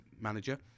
manager